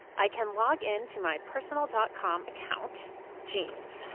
i can log into my personal dot com account jeans,